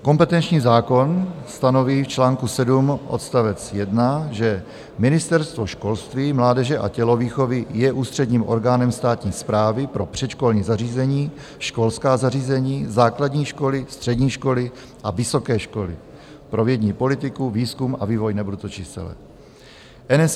Kompetenční zákon stanoví v čl. 7 odst. 1, že Ministerstvo školství, mládeže a tělovýchovy je ústředním orgánem státní správy pro předškolní zařízení, školská zařízení, základní školy, střední školy a vysoké školy, pro vědní politiku, výzkum a vývoj nebudu to číst celé.